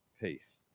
Peace